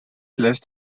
lässt